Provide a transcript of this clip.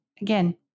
Again